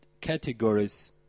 categories